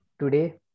today